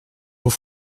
aux